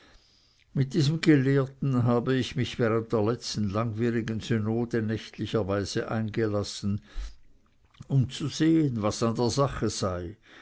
mit diesem gelehrten hab ich mich während der letzten langwierigen synode nächtlicherweile eingelassen um zu sehen was an der sache sei